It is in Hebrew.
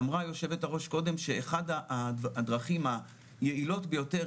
אמרה היו"ר קודם שאחת הדרכים היעילות ביותר